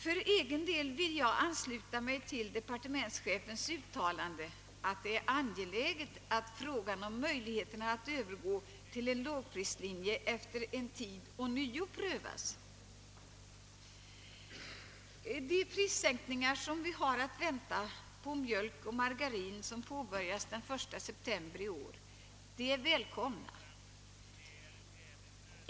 För egen del ansluter jag mig helt till departementschefens uttalande att det är angeläget att ompröva frågan om möjligheterna att efter en tid övergå till en lågprislinje. De prissänkningar vi har att vänta på mjölk och margarin efter den 1 september i år är välkomna.